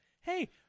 Hey